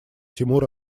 тимур